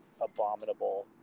abominable